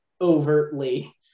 overtly